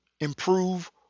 improve